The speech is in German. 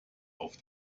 auf